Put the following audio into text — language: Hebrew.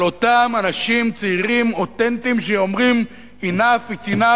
על אותם אנשים צעירים אותנטיים שאומרים: enough is enough,